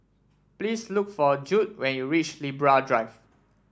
please look for Judd when you reach Libra Drive